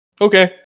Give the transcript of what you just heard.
Okay